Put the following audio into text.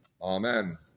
Amen